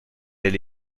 elle